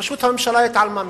שפשוט הממשלה התעלמה מהם,